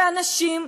ואנשים,